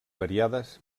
variades